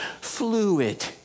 fluid